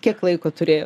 kiek laiko turėjot